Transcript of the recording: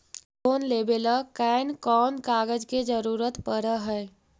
Loan लेबे ल कैन कौन कागज के जरुरत पड़ है?